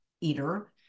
eater